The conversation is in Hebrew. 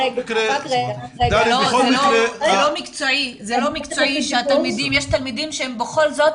זה לא מקצועי שהתלמידים, יש תלמידים שבכל זאת